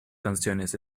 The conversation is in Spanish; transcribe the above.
canciones